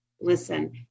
listen